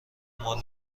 مال